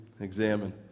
examine